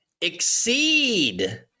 Exceed